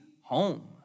home